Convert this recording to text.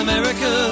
America